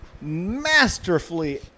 masterfully